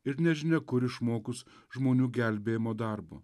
ir nežinia kur išmokus žmonių gelbėjimo darbo